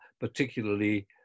particularly